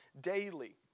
daily